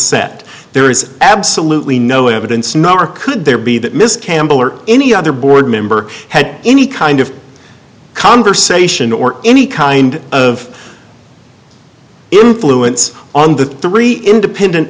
set there is absolutely no evidence nor could there be that miss campbell or any other board member had any kind of conversation or any kind of influence on the three independent